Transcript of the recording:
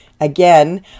again